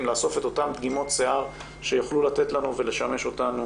לאסוף את אותן דגימות שיער שיוכלו לתת לנו ולשמש אותנו